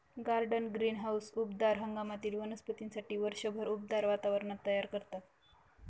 garden greenhouse उबदार हंगामातील वनस्पतींसाठी वर्षभर उबदार वातावरण तयार करतात